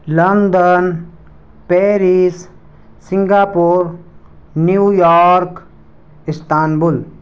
London Paris Singapore New York Istanbul